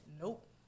Nope